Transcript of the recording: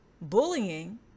bullying